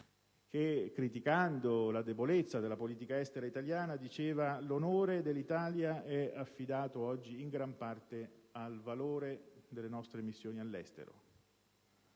che, criticando la debolezza della politica estera italiana, diceva: l'onore dell'Italia è affidato oggi, in gran parte, al valore delle nostre missioni all'estero.